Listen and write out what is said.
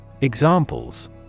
Examples